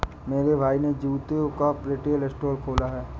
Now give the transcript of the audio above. मेरे भाई ने जूतों का रिटेल स्टोर खोला है